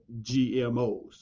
GMOs